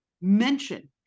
mention